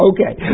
Okay